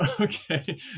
Okay